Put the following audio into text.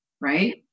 right